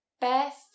Beth